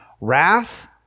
wrath